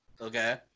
Okay